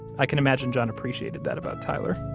i can imagine john appreciated that about tyler